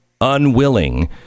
unwilling